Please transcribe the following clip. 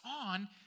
on